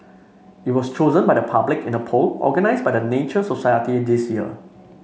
it was chosen by the public in a poll organised by the Nature Society this year